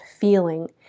feeling